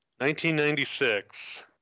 1996